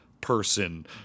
person